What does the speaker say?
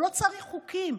הוא לא צריך חוקים.